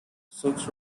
six